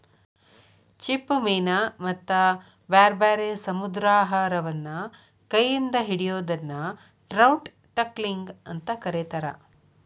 ಚಿಪ್ಪುಮೇನ ಮತ್ತ ಬ್ಯಾರ್ಬ್ಯಾರೇ ಸಮುದ್ರಾಹಾರವನ್ನ ಕೈ ಇಂದ ಹಿಡಿಯೋದನ್ನ ಟ್ರೌಟ್ ಟಕ್ಲಿಂಗ್ ಅಂತ ಕರೇತಾರ